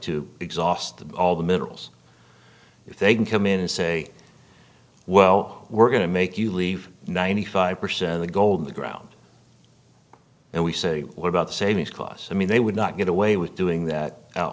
to exhaust all the minerals if they can come in and say well we're going to make you leave ninety five percent of the gold in the ground and we say what about savings cos i mean they would not get away with doing that out